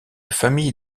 famille